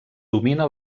domina